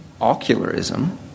ocularism